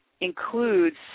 includes